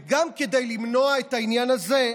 וגם כדי למנוע את העניין הזה,